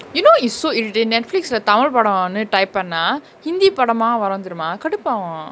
you know it's so irritating netflix lah tamil படோனு:padonu type பன்னா:pannaa hindi படமா வரு தெரியுமா கடுப்பாகு:padamaa varu theriyuma kadupaaku